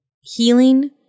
healing